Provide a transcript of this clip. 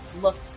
look